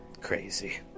crazy